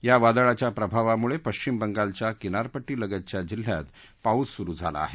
या वादळाच्या प्रभावामुळे पश्चिम बंगालच्या किनारपट्टीलगतच्या जिल्ह्यात पाऊस सुरू झाला हे